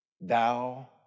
Thou